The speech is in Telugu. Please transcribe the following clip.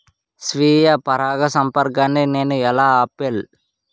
స్వీయ పరాగసంపర్కాన్ని నేను ఎలా ఆపిల్?